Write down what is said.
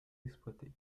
exploitée